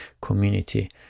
community